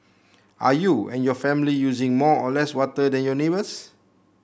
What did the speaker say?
are you and your family using more or less water than your neighbours